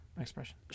expression